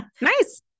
Nice